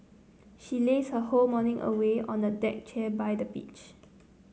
she lazed her whole morning away on a deck chair by the beach